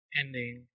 ending